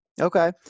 Okay